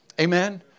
amen